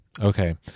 Okay